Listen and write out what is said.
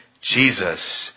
Jesus